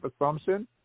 assumption